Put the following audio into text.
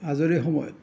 আজৰি সময়ত